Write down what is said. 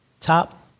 top